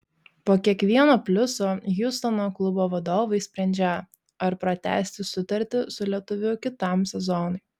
po kiekvieno pliuso hjustono klubo vadovai sprendžią ar pratęsti sutartį su lietuviu kitam sezonui